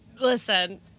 Listen